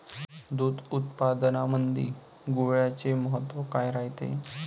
दूध उत्पादनामंदी गुळाचे महत्व काय रायते?